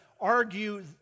argue